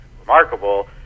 remarkable